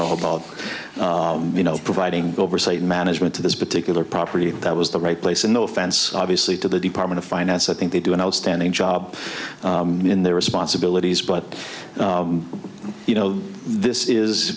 know about you know providing oversight management to this particular property that was the right place in the offense obviously to the department of finance i think they do an outstanding job in their responsibilities but you know this is